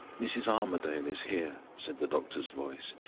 mrs. armadale is here, said the doctor's voice,